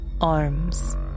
Arms